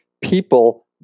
people